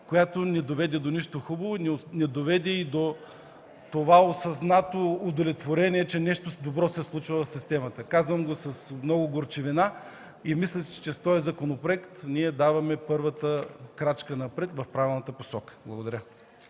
която не доведе до нищо хубаво, но не доведе и до това осъзнато удовлетворение, че в системата се случва нещо добро. Казвам го с много горчивина и мисля, че с този законопроект правим първата крачка напред в правилната посока. Благодаря.